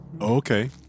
Okay